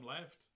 left